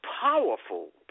powerful